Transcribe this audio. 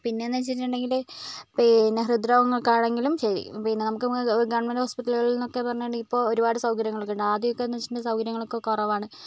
പിന്നെ എന്ന് വെച്ചിട്ടുണ്ടെങ്കിൽ പിന്നെ ഹൃദ്രോഗങ്ങൾക്കാണെങ്കിലും ശരി പിന്നെ നമുക്ക് ഗവൺമെൻറ് ഹോസ്പിറ്റലുകളിലോക്കെ എന്ന് പറഞ്ഞിട്ടുണ്ടെങ്കിൽ ഇപ്പോൾ ഒരുപാട് സൗകര്യങ്ങളോക്കെയുണ്ട് അദ്യമൊക്കെ എന്ന് വെച്ചിട്ടുണ്ടെങ്കിൽ സൗകര്യങ്ങളൊക്കെ കുറവാണ്